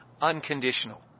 unconditional